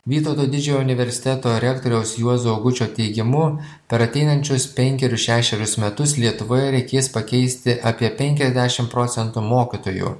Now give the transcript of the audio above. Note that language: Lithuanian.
vytauto didžiojo universiteto rektoriaus juozo augučio teigimu per ateinančius penkerius šešerius metus lietuvoje reikės pakeisti apie penkiasdešim procentų mokytojų